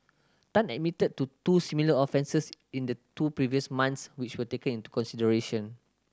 Tan admitted to two similar offences in the two previous months which were taken into consideration